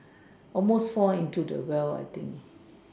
almost fall into the well I think